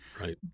Right